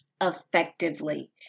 effectively